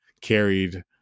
carried